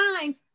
time